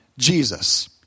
Jesus